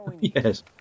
Yes